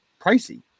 pricey